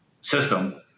system